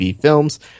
Films